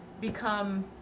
become